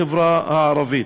מהחברה הערבית.